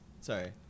Sorry